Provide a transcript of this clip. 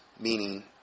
meaning